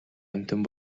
амьтан